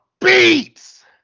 beats